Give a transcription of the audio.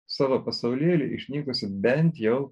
savo pasaulėlį išnykusį bent jau